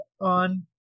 on